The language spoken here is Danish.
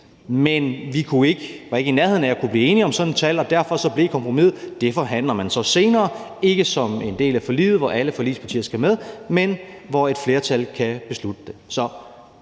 men vi var ikke i nærheden af at kunne blive enige om sådan et tal, og derfor blev kompromiset, at det ville blive forhandlet senere, ikke som en del af forliget, hvor alle forligspartier skulle med, men hvor et flertal kunne beslutte det.